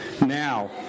Now